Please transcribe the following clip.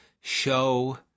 show